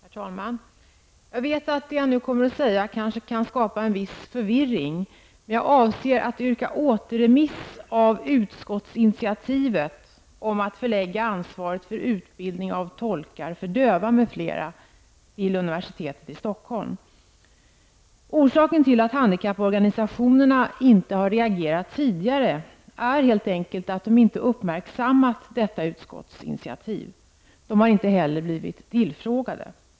Herr talman! Jag vet att det jag nu kommer att säga kanske kan skapa en viss förvirring. Jag avser att yrka på återremiss av förslaget -- som är ett utskottsinitiativ -- om att förlägga ansvaret för utbildning av tolkar för döva m.fl. till universitetet i Stockholm. Orsaken till att handikapporganisationerna inte har reagerat tidigare är helt enkelt att de inte uppmärksammat detta utskottsinitiativ. De har inte heller blivit tillfrågade.